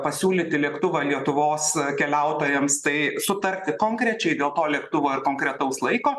pasiūlyti lėktuvą lietuvos keliautojams tai sutarti konkrečiai dėl to lėktuvo ir konkretaus laiko